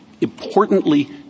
importantly